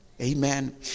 Amen